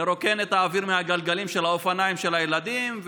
לרוקן את האוויר מהגלגלים של האופניים של הילדים,